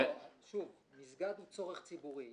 מסגד הוא צורך ציבורי.